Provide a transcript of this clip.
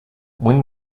when